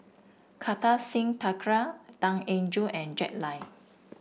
Kartar Singh Thakral Tan Eng Joo and Jack Lai